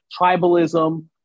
tribalism